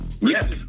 Yes